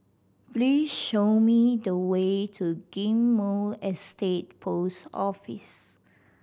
please show me the way to Ghim Moh Estate Post Office